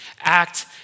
act